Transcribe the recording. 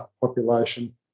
population